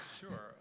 Sure